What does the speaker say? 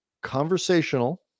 conversational